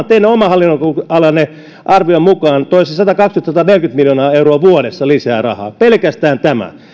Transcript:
teidän oman hallinnonalanne arvion mukaan toisivat satakaksikymmentä viiva sataneljäkymmentä miljoonaa euroa vuodessa lisää rahaa pelkästään tämä